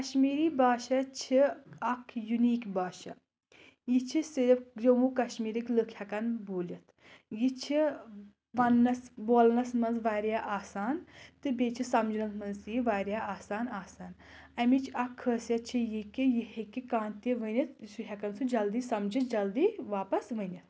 کَشمیٖری باشا چھِ اَکھ یوٗنیٖک باشا یہِ چھِ صرف جموں کشمیٖرٕکۍ لُکھ ہؠکان بوٗلِتھ یہِ چھِ وَننَس بولنَس منٛز واریاہ آسان تہٕ بیٚیہِ چھِ سَمجنَس منٛز تہِ یہِ واریاہ آسان آسَان اَمِچ اکھ خٲصت چھِ یہِ کہِ یہِ ہیٚکہِ کانٛہہ تہِ ؤنِتھ سُہ ہؠکان سُہ جلدی سَمجِتھ جلدی واپَس ؤنِتھ